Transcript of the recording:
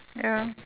ya